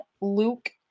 Luke